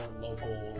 local